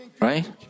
right